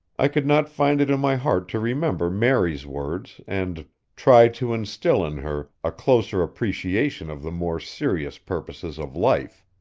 i could not find it in my heart to remember mary's words and try to instil in her a closer appreciation of the more serious purposes of life.